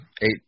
eight